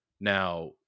Now